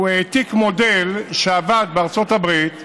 הוא העתיק מודל שעבד בארצות הברית: